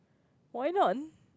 why not